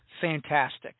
fantastic